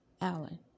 Alan